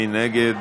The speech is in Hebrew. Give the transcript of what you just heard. מי נגד?